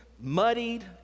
muddied